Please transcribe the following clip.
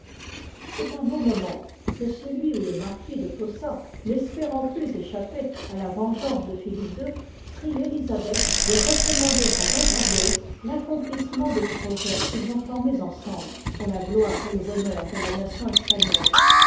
c'est un beau moment que celui où le marquis de posa n'espérant plus échapper à la vengeance de philippe ii prie élisabeth de recommander à don carlos l'accomplissement des projets qu'ils ont formés ensemble pour la gloire et le bonheur de la nation espagnole